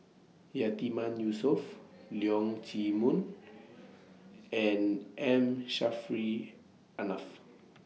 Yatiman Yusof Leong Chee Mun and M Saffri A Manaf